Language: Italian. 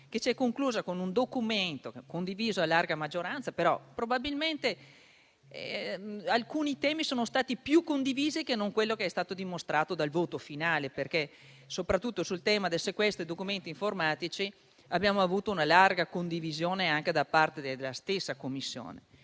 che si è conclusa con un documento condiviso a larga maggioranza, ma probabilmente alcuni temi sono stati più condivisi di quanto non abbia dimostrato il voto finale, perché soprattutto sul tema del sequestro di documenti informatici abbiamo avuto una larga condivisione anche da parte della stessa Commissione.